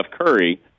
Curry